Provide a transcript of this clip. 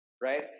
right